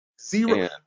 Zero